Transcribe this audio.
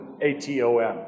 A-T-O-M